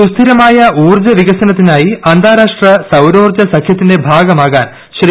സുസ്ഥിരമായ ഊർജ്ജവികസനത്തിനായി അന്താരാഷ്ട്ര സൌരോർജ സഖ്യത്തിന്റെ ഭാഗമാകാൻ ശ്രീ